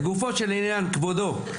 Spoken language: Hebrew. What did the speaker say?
לגופו של עניין, כבודו,